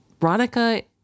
Ronica